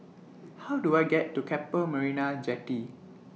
How Do I get to Keppel Marina Jetty